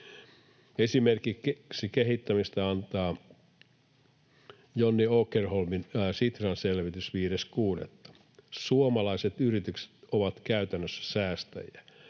Esimerkin kehityksestä antaa Johnny Åkerholmin Sitran selvitys 5.6. Suomalaiset yritykset ovat käytännössä säästäjiä.